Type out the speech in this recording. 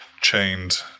chained